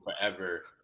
forever